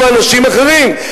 להיפך, נתפסו אנשים אחרים.